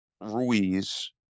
Ruiz